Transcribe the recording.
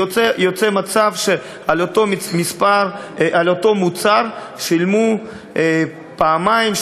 יוצא מצב שעל אותו מוצר שילמו פעמיים,